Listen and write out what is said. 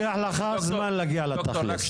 לוקח לך זמן כדי להגיע לתכלס.